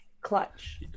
clutch